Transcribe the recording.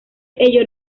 ello